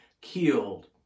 killed